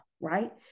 right